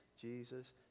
Jesus